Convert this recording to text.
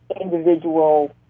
individual